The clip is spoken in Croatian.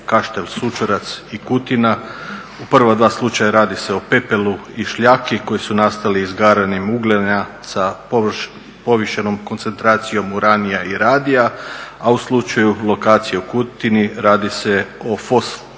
U prva dva slučaja radi se o pepelu i šljaki koji su nastali izgaranjem ugljena sa povišenom koncentracijom uranija i radija, a u slučaju lokacije u Kutini radi se o gipsu